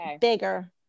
bigger